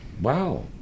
Wow